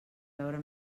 veure